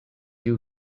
you